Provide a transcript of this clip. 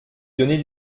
donner